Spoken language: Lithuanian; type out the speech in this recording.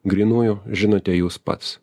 grynųjų žinote jūs pats